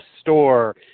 store